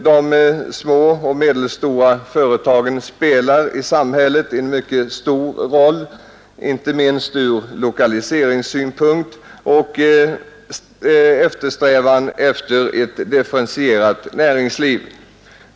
De små och medelstora företagen spelar en mycket stor roll, inte minst från lokaliseringssynpunkt och i vår strävan att få ett differentierat näringsliv.